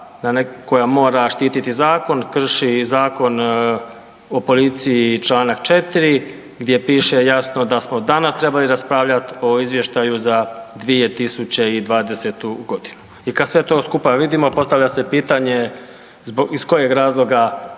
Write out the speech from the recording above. koja mora štiti zakon krši i Zakon o policiji Članak 4. gdje piše jasno da smo danas trebali raspravljati o izvještaju za 2020. godinu. I kad sve to skupa vidimo postavlja se pitanje iz kojeg razloga